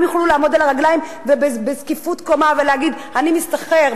יוכלו לעמוד על הרגליים ובזקיפות קומה ולהגיד: אני משתכר,